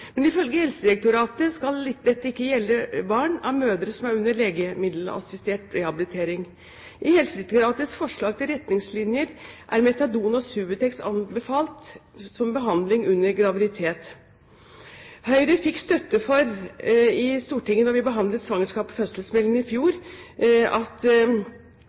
Men ifølge Helsedirektoratet skal dette ikke gjelde barn av mødre som er under legemiddelassistert rehabilitering. I Helsedirektoratets forslag til retningslinjer er metadon og Subutex anbefalt som behandling under graviditet. Høyre fikk støtte for i Stortinget, da vi behandlet svangerskaps- og fødselsmeldingen i fjor, at